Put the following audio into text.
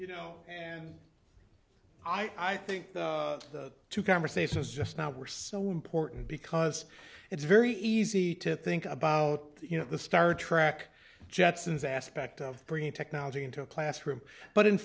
you know and i think the two conversations just now were so important because it's very easy to think about you know the star trak jetsons aspect of bringing technology into a classroom but in